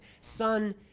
son